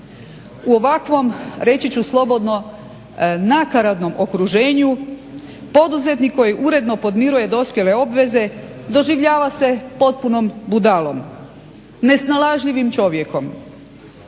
U ovakvom reći ću slobodno nakaradnom okruženju poduzetnik koji uredno podmiruje dospjele obveze doživljava se potpunom budalom, nesnalažljivim čovjekom.